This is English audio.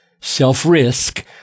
self-risk